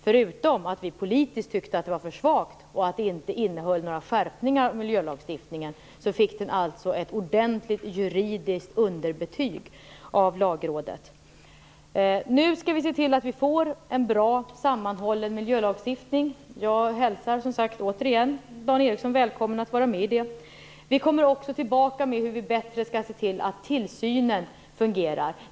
Förutom att vi politiskt tyckte att den var för svag och att den inte innehöll några skärpningar i miljölagstiftningen fick den alltså ett ordentligt juridiskt underbetyg av Lagrådet. Nu skall vi se till att vi får en bra sammanhållen miljölagstiftning. Jag hälsar åter Dan Ericsson välkommen att vara med i det. Vi kommer också tillbaka till hur vi bättre skall se till att tillsynen fungerar.